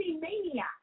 maniac